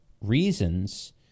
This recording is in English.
reasons